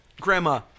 Grandma